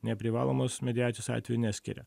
neprivalomos mediacijos atveju neskiria